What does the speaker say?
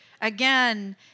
again